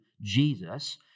Jesus